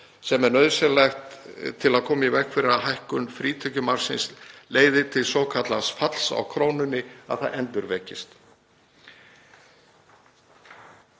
sem er nauðsynlegt til að koma í veg fyrir að hækkun frítekjumarksins leiði til svokallaðs falls á krónunni, að það endurvekist.